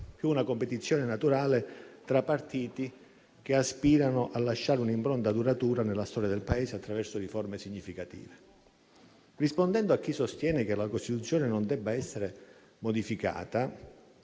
più una competizione naturale tra partiti che aspirano a lasciare un'impronta duratura nella storia del Paese attraverso riforme significative. Rispondendo a chi sostiene che la Costituzione non debba essere modificata,